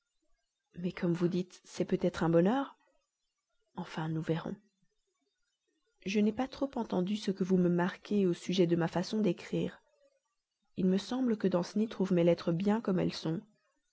mais comme vous dites c'est peut-être un bonheur enfin nous verrons je n'ai pas trop entendu ce que vous me marquez au sujet de ma façon d'écrire il me semble que danceny trouve mes lettres bien comme elles sont